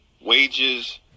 Wages